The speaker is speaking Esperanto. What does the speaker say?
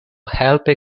helpi